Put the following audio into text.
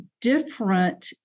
different